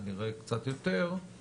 כנראה קצת יותר,